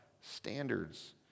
Standards